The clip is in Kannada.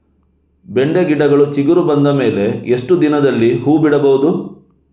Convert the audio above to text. ಬೆಂಡೆ ಗಿಡಗಳು ಚಿಗುರು ಬಂದ ಮೇಲೆ ಎಷ್ಟು ದಿನದಲ್ಲಿ ಹೂ ಬಿಡಬಹುದು?